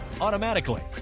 automatically